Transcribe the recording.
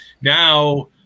now